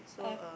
ah